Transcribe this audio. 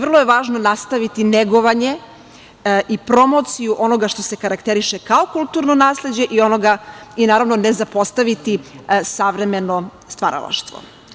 Vrlo je važno nastaviti negovanje i promociju onoga što se karakteriše kao kulturno nasleđe i naravno ne zapostaviti savremeno stvaralaštvo.